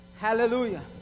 hallelujah